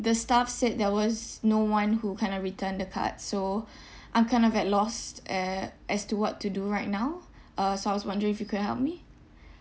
the staff said there was no one who kind of return the card so I'm kind of at lost uh as to what to do right now uh so I was wondering if you could help me